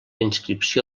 inscripció